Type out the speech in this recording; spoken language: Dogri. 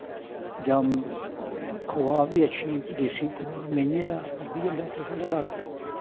जां खोआ बी अच्छी देस्सी खोआ मेंहियें दा लब्भी जंदा साढ़ै इत्थै लाग्गै